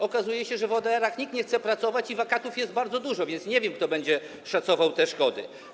Bo okazuje się, że w ODR-ach nikt nie chce pracować i wakatów jest bardzo dużo, więc nie wiem, kto będzie szacował te szkody.